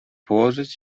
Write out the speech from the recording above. położyć